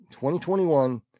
2021